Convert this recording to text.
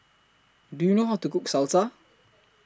Do YOU know How to Cook Salsa